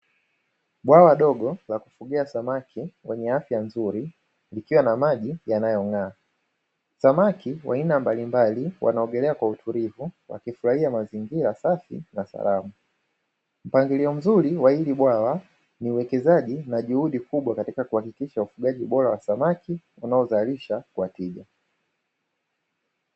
Bwawa dogo la kufugia samaki wenye afya nzuri, likiwa na maji yanayong'aa. Samaki wa aina mbalimbali wanaogelea kwa utulivu wakifurahia mazingira safi na salama. Mpangilio mzuri wa hili bwawa ni uwekezaji na juhudi kubwa katika kuhakikisha ufugaji bora wa samaki unaozalisha kwa tija.